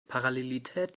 parallelität